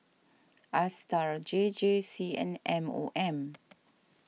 Astar J J C and M O M